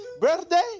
Birthday